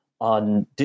on